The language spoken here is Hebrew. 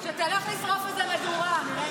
שתלך לשרוף --- המדורה.